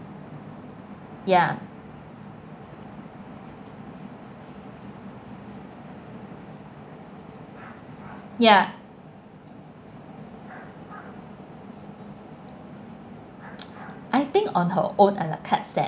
ya ya I think on her own a la carte set